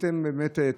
עשיתם באמת,